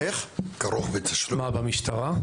מה במשטרה?